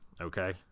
okay